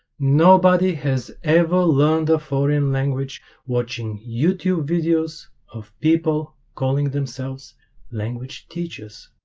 nobody has ever learned a foreign language watching youtube videos of people calling themselves language teachers